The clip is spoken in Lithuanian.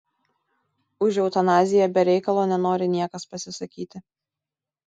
už eutanaziją be reikalo nenori niekas pasisakyti